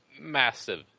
massive